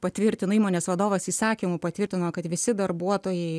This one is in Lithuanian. patvirtina įmonės vadovas įsakymu patvirtino kad visi darbuotojai